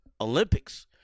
Olympics